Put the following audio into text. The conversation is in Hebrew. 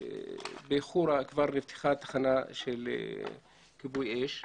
בחורה כבר נפתחה תחנה של כיבוי אש.